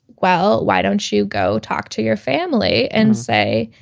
well, why don't you go talk to your family and say,